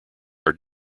are